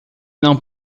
não